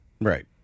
Right